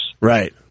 right